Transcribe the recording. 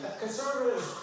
Conservatives